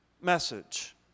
message